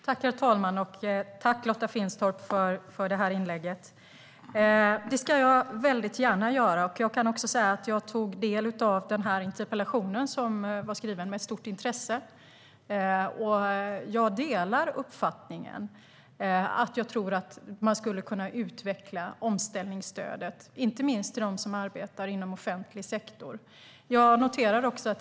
Herr talman! Jag tackar Lotta Finstorp för detta inlägg och ska väldigt gärna kommentera dessa förslag. Jag tog med stort intresse del av denna interpellation och delar uppfattningen att man skulle kunna utveckla omställningsstödet, inte minst till dem som arbetar inom offentlig sektor.